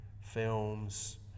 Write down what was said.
films